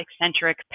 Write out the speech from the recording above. eccentric